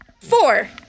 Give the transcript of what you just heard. Four